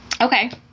Okay